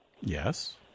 Yes